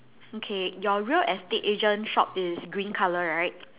okay your real estate agent shop is green colour right